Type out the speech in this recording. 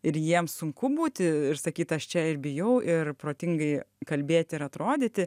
ir jiem sunku būti ir sakyt aš čia ir bijau ir protingai kalbėti ir atrodyti